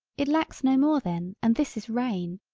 it lacks no more then and this is rain,